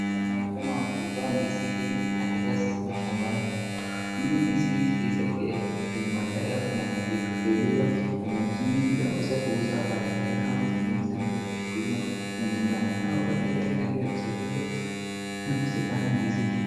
Watu wanaonekana wakiitoa ndizi hii katika mashambani ili ndizi ziweze kuwekwa kwenye magari na kuchukuliwa kwenye mchini iliwaweze kuuza wapate hela au zingine zinaweza kuchukuliwa manyumbani hao wako katika ile hali ya kuzisafisha na kuzipanga ndizi hii.